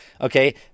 Okay